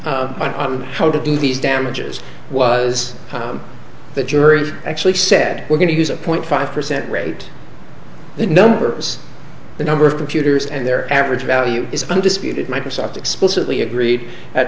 how to do these damages was the jury actually said we're going to use a point five percent rate the numbers the number of computers and their average value is undisputed microsoft explicitly agreed